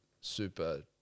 super